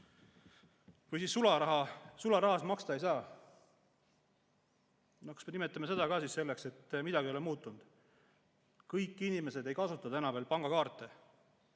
Või siis see, et sularahas maksta ei saa. No kas me nimetame seda ka nii, et midagi ei ole muutunud? Kõik inimesed ei kasuta veel pangakaarte